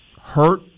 hurt